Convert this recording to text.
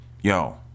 Yo